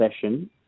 session